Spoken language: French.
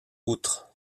outre